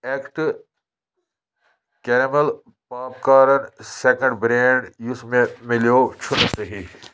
اٮ۪کٹہٕ caramel popcorn second brand یُس مےٚ مِلیو چھُنہٕ صحیح